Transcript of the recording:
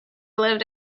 lived